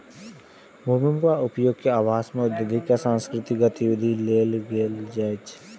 भूमिक उपयोग कृषि, आवास, औद्योगिक आ सांस्कृतिक गतिविधि लेल कैल जाइ छै